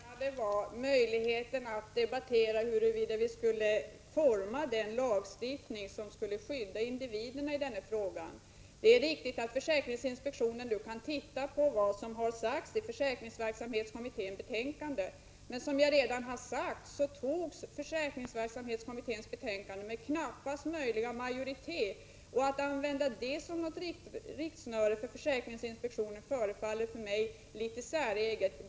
Fru talman! Jag menade möjligheten att debattera hur vi skulle utforma den lagstiftning som skulle skydda individerna i den här frågan. Det är riktigt att försäkringsinspektionen nu kan se på vad som har sagts i försäkringsverksamhetskommitténs betänkande. Men som jag redan sagt togs det betänkandet med knappast möjliga majoritet, och att använda det som något rättesnöre för försäkringsinspektionen förefaller mig litet säreget.